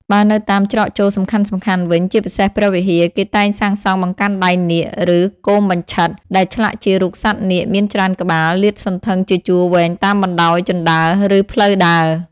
បើនៅតាមច្រកចូលសំខាន់ៗវិញ ជាពិសេសព្រះវិហារ គេតែងសាងសង់បង្កាន់ដៃនាគ ឬគោមបញ្ឆិត ដែលឆ្លាក់ជារូបសត្វនាគមានច្រើនក្បាល លាតសន្ធឹងជាជួរវែងតាមបណ្តោយជណ្តើរ ឬផ្លូវដើរ។